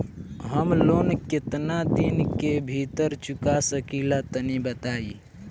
हम लोन केतना दिन के भीतर चुका सकिला तनि बताईं?